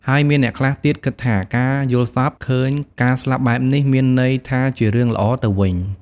ហើយមានអ្នកខ្លះទៀតគិតថា ការយល់សប្តិឃើញការស្លាប់បែបនេះ មានន័យថាជារឿងល្អទៅវិញ។